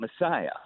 Messiah